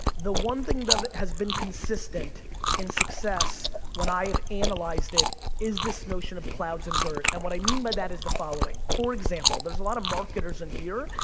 the one thing that has been consistent in success when i have analyzed it is this notion of clouds and dirt, and what i mean by that is the following. for example, there's a lot of marketers in here,